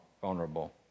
vulnerable